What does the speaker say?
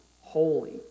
holy